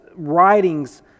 Writings